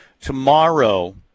tomorrow